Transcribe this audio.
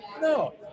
no